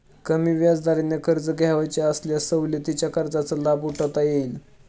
कमी व्याजदराने कर्ज घ्यावयाचे असल्यास सवलतीच्या कर्जाचा लाभ उठवता येईल